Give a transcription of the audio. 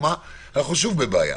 אנחנו שוב בבעיה.